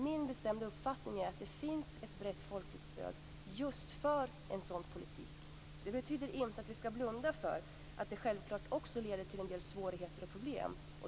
Min bestämda uppfattning är att det finns ett brett folkligt stöd just för en sådan politik. Det betyder inte att vi skall blunda för att det självklart också leder till en del svårigheter och problem.